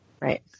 Right